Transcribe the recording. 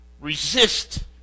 Resist